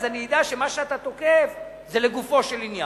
אני אדע שמה שאתה תוקף זה לגופו של עניין,